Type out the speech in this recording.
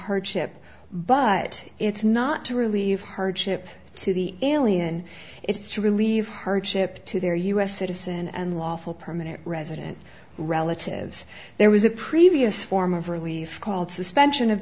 chip but it's not to relieve hardship to the alien it's to relieve hardship to their us citizen and lawful permanent resident relatives there was a previous form of relief called suspension of